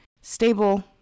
stable